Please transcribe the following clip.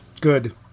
Good